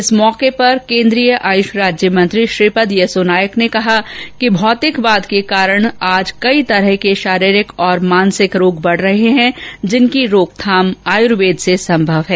इस अवसर पर केन्द्रीय आयुष राज्य मंत्री श्रीपद येसो नाइक ने कहा कि भौतिकवाद के कारण आज कई तरह के शारीरिक और मानसिक रोग बढ रहे हैं जिनकी रोकथाम आयुर्वेद से संभव है